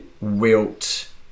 Wilt